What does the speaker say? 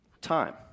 Time